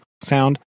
sound